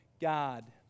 God